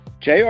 JR